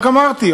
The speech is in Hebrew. רק אמרתי,